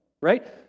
right